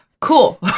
cool